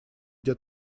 где